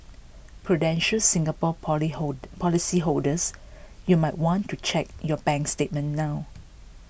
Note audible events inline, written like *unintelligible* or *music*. prudential Singapore poly *unintelligible* policyholders you might want to check your bank statement now